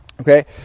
okay